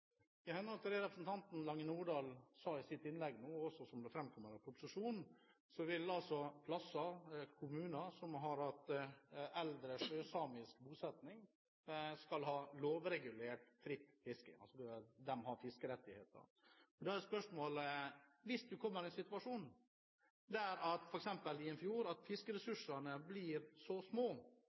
I henhold til det representanten Lange Nordahl nå sa i sitt innlegg – og det kommer også fram i proposisjonen – vil kommuner som har hatt eldre sjøsamisk bosetting, ha lovregulert fritt fiske. De skal ha fiskerettigheter. Da er spørsmålet: Hvis en kommer i den situasjonen at f.eks. fisken i en fjord blir så truet at fiskeressursene blir så små